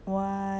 what